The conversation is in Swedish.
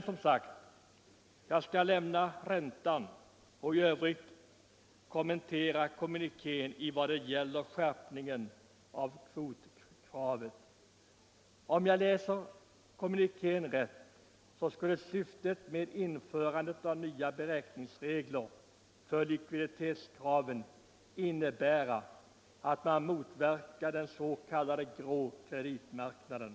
Jag lämnar därmed räntan och kommenterar i stället kommunikén i vad gäller skärpningen av kvotkravet. Om jag läser kommunikén rätt, så skulle syftet med införandet av nya beräkningsregler för likviditetskraven innebära att man motverkar den s.k. grå kreditmarknaden.